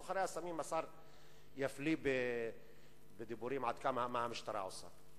בעניין סוחרי הסמים השר יפליא בדיבורים עד כמה המשטרה עושה.